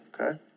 okay